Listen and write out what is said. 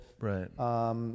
Right